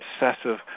obsessive